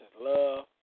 love